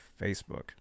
Facebook